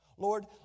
Lord